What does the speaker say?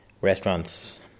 restaurants